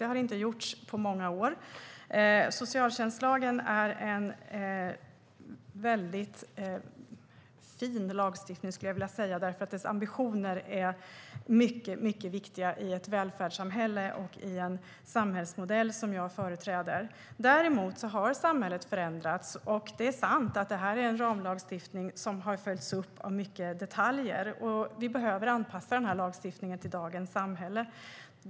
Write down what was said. Det har inte gjorts på många år. Socialtjänstlagen är en väldigt fin lag, skulle jag vilja säga, eftersom dess ambitioner är mycket viktiga i ett välfärdssamhälle och i en samhällsmodell som jag företräder. Dock har samhället förändrats, och det är sant att det här är en ramlagstiftning där mycket har följts upp med detaljer. Vi behöver anpassa lagstiftningen till dagens samhälle.